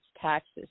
taxes